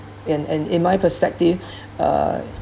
and and in my perspective uh